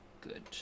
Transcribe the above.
good